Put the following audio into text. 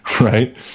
right